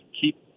keep